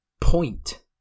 point